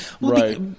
Right